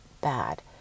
bad